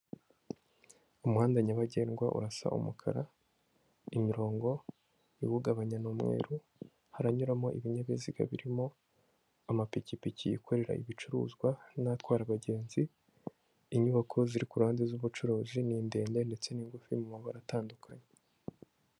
Umuhanda nyabagendwa urasa umukara, imirongo iwugabanya ni umweru, haranyuramo ibinyabiziga birimo amapikipiki yikorera ibicuruzwa n'ayatwara abagenzi, inyubako ziri ku ruhande z'ubucuruzi ni ndende ndetse n'ingufu mu mabara atandukanye.